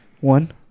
One